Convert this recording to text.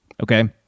okay